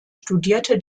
studierte